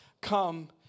come